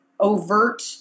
overt